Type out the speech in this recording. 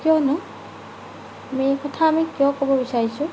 কিয়নো মেইন কথা আমি কিয় ক'ব বিচাৰিছোঁ